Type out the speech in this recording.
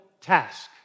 task